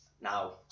Now